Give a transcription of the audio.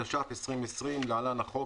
התש"ף 2020 (להלן החוק),